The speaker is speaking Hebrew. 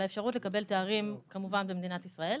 האפשרות לקבל תארים כמובן במדינת ישראל.